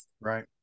right